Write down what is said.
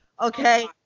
Okay